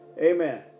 Amen